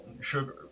sugar